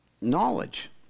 knowledge